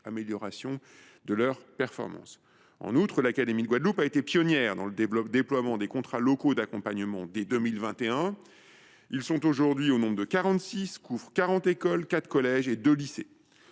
amélioration de leurs performances. En outre, l’académie de Guadeloupe a été pionnière, dès 2021, dans le déploiement des contrats locaux d’accompagnement, qui sont aujourd’hui au nombre de 46 et couvrent 40 écoles, 4 collèges et 2 lycées.